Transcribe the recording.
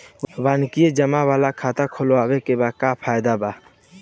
वार्षिकी जमा वाला खाता खोलवावे के का फायदा बा?